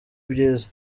byiza